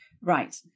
Right